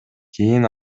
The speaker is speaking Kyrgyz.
кийин